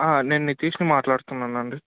నేను నీతీష్ని మాట్లాడుతున్నాను అండి